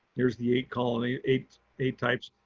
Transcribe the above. here's the eight colony eight eight types,